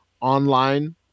online